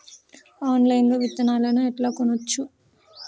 Online లా విత్తనాలను ఎట్లా కొనచ్చు?